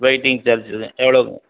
whitening charge எவ்வளோவு